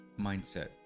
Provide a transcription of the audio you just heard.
mindset